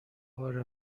بار